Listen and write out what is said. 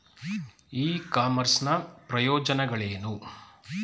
E commerce ನ ಪ್ರಯೋಜನಗಳೇನು?